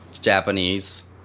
Japanese